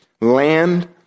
land